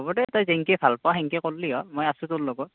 হ'বদে তই যেনেকৈ ভাল পাওঁ তেনেকৈ কৰিলে হ'ল মই আছোঁ তোৰ লগত